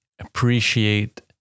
appreciate